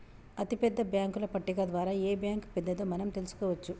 అతిపెద్ద బ్యేంకుల పట్టిక ద్వారా ఏ బ్యాంక్ పెద్దదో మనం తెలుసుకోవచ్చు